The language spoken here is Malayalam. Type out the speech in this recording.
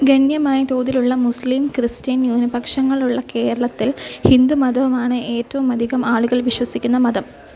ഗണ്യമായ തോതിലുള്ള മുസ്ലീം ക്രിസ്ത്യൻ ന്യൂനപക്ഷങ്ങളുള്ള കേരളത്തിൽ ഹിന്ദുമതമാണ് ഏറ്റവും അധികം ആളുകൾ വിശ്വസിക്കുന്ന മതം